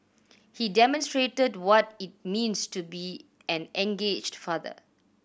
he demonstrated what it means to be an engaged father